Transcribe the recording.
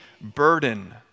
burden